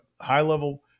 high-level